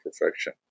perfection